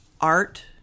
art